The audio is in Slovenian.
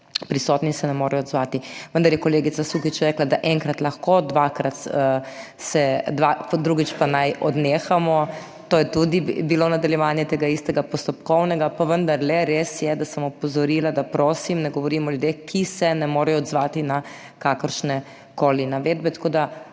prisotni in se ne morejo odzvati, vendar je kolegica Sukič rekla, da enkrat lahko, dvakrat, drugič pa naj odnehamo. To je tudi bilo nadaljevanje tega istega postopkovnega, pa vendarle res je, da sem opozorila, da prosim ne govorim o ljudeh, ki se ne morejo odzvati na kakršnekoli navedbe. tako, da